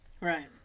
Right